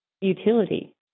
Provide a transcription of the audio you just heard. Utility